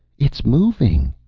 it's moving!